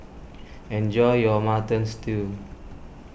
enjoy your Mutton Stew